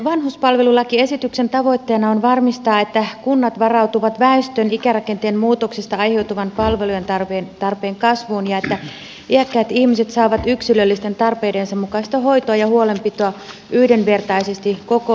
vanhuspalvelulakiesityksen tavoitteena on varmistaa että kunnat varautuvat väestön ikärakenteen muutoksista aiheutuvan palvelujen tarpeen kasvuun ja että iäkkäät ihmiset saavat yksilöllisten tarpeidensa mukaista hoitoa ja huolenpitoa yhdenvertaisesti koko maassa